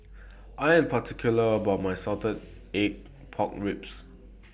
I Am particular about My Salted Egg Pork Ribs